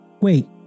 wait